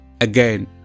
again